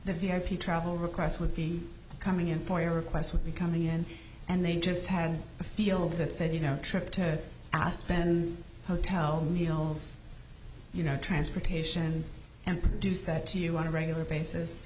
the v i p travel requests would be coming in for your request would be coming in and they just had a field that said you know trip to asked ben hotel meals you know transportation and produce that to you on a regular basis